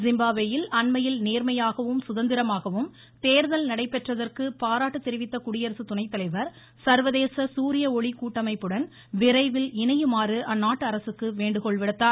ஜிம்பாப்வேயில் அண்மையில் நேர்மையாகவும் சுதந்திரமாகவும் கேர்கல் நடைபெற்றதற்கு பாராட்டு தெரிவித்த குடியரசு துணை தலைவர் சர்வதேச சூரிய ஒளி கூட்டமைப்புடன் விரைவில் இணையுமாறு அந்நாட்டு அரசுக்கு வேண்டுகோள் விடுத்தார்